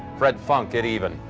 fred funk at even.